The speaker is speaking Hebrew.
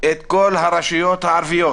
את כל הרשויות הערביות